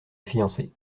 fiancée